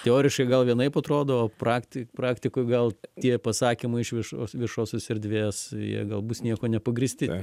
teoriškai gal vienaip atrodo o praktik praktikoj gal tie pasakymai iš viešos viešosios erdvės jie gal bus niekuo nepagrįsti